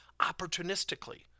opportunistically